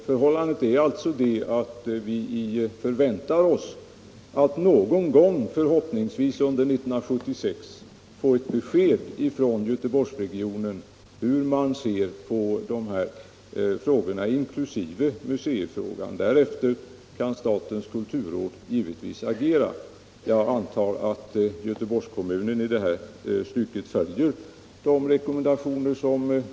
Förhållandet är alltså det, att vi förväntar oss att någon gång, förhoppningsvis under 1976, få ett besked från Göteborgsregionen om hur man ser på de här frågorna, inkl. museifrågan. Därefter kan statens kulturråd givetvis agera. Jag antar att Göteborgs kommun i det här stycket följer Kommunförbundets rekommendationer.